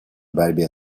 борьбе